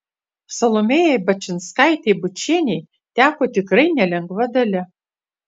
salomėjai bačinskaitei bučienei teko tikrai nelengva dalia